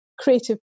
creative